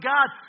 God